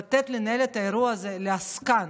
לתת לנהל את האירוע הזה לעסקן